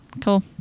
cool